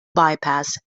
bypass